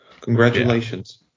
Congratulations